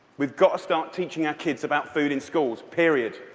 we've got to start teaching our kids about food in schools, period.